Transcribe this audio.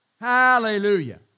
Hallelujah